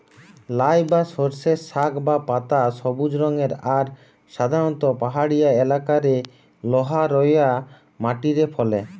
লাই বা সর্ষের শাক বা পাতা সবুজ রঙের আর সাধারণত পাহাড়িয়া এলাকারে লহা রওয়া মাটিরে ফলে